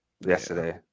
yesterday